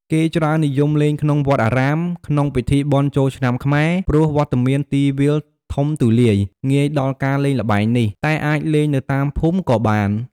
គេច្រើននិយមលេងក្នុងវត្ដអារាម ក្នុងពិធីបុណ្យចូលឆ្នាំខ្មែរ ព្រោះវត្ដមានទីវាលធំទូលាយ ងាយដល់ការលេងល្បែងនេះ តែអាច លេងនៅតាមភូមិក៏បាន។